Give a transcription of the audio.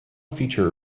feature